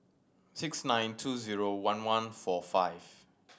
six nine two zero one one four five